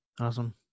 Awesome